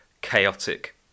chaotic